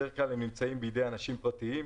בדרך כלל הם נמצאים בידי אנשים פרטיים,